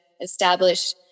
establish